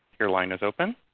your line is open.